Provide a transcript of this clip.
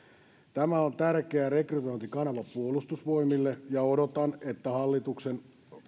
tämä on tärkeä rekrytointikanava puolustusvoimille ja odotan että hallituksen on